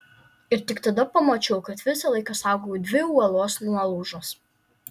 ir tik tada pamačiau kad visą laiką saugojau dvi uolos nuolaužas